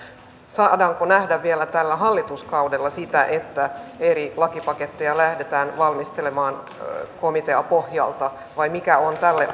saadaanko nähdä vielä tällä hallituskaudella sitä että eri lakipaketteja lähdetään valmistelemaan komiteapohjalta vai mikä on tälle